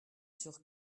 sur